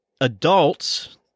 adults